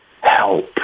help